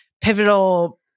pivotal